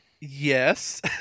Yes